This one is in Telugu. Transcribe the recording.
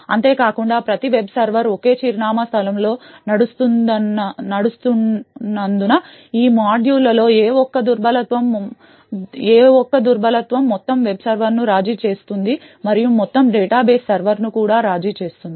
అంతేకాకుండా ప్రతి వెబ్ సర్వర్ ఒకే చిరునామా స్థలంలో నడుస్తున్నందున ఈ మాడ్యూళ్ళలో ఏ ఒక్క దుర్బలత్వం మొత్తం వెబ్ సర్వర్ను రాజీ చేస్తుంది మరియు మొత్తం డేటా బేస్ సర్వర్ను కూడా రాజీ చేస్తుంది